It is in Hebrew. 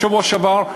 בשבוע שעבר,